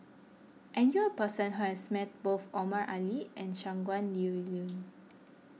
I knew a person who has met both Omar Ali and Shangguan Liuyun